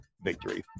victory